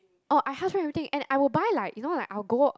oh I house brand everything and I will buy like you know like I will go